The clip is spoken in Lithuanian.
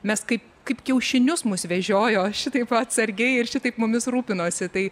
mes kaip kaip kiaušinius mus vežiojo šitaip atsargiai ir šitaip mumis rūpinosi tai